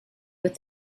with